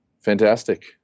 fantastic